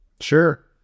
Sure